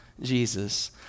Jesus